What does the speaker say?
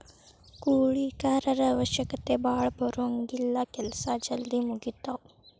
ಕೂಲಿ ಕಾರರ ಅವಶ್ಯಕತೆ ಭಾಳ ಬರುಂಗಿಲ್ಲಾ ಕೆಲಸಾ ಜಲ್ದಿ ಮುಗಿತಾವ